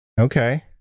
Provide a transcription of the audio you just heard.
Okay